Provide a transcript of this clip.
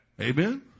amen